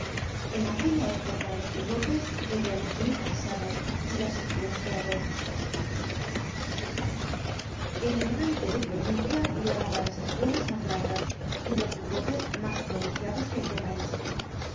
en aquella época los bigotes querian decir paisano y las espuelas peaton el elegante de provincia llevaba las espuelas mas largas y los bigotes mas pronunciados que el de parís